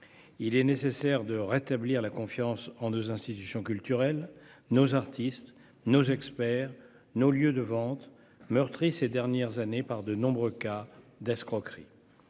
Il nous faut rétablir la confiance en nos institutions culturelles, nos artistes, nos experts, nos lieux de vente, meurtris ces dernières années par de nombreux cas d'escroquerie.